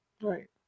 Right